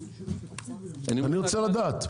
אני רוצה לדעת.